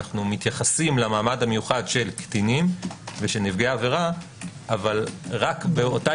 אנו מתייחסים למעמד המיוחד של קטינים ונפגעי עבירה אבל רק באותה